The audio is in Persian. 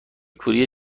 کوری